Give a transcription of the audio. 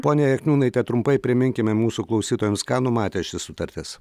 ponia jakniūnaite trumpai priminkime mūsų klausytojams ką numatė ši sutartis